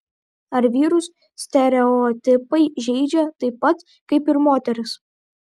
ar vyrus stereotipai žeidžia taip pat kaip ir moteris